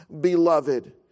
beloved